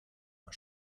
war